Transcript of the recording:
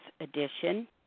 edition